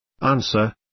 Answer